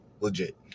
Legit